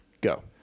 go